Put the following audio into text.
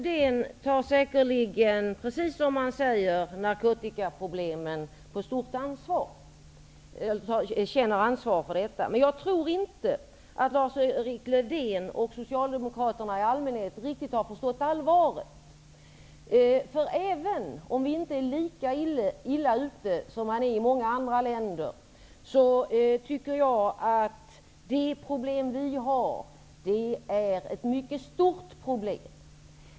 Herr talman! Lars-Erik Lövdén känner säkerligen, precis som han säger, ett stort ansvar för narkotikaproblemen. Jag tror inte att Lars-Erik Lövdén och Socialdemokraterna i allmänhet riktigt har förstått allvaret. Även om Sverige inte är lika illa ute som många andra länder är, tycker jag de problem Sverige har är stora.